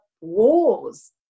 wars